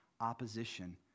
opposition